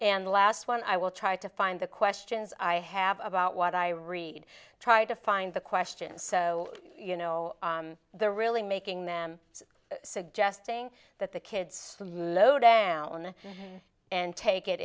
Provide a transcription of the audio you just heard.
and the last one i will try to find the questions i have about what i read try to find the questions so you know they're really making them suggesting that the kids down and take it